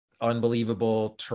unbelievable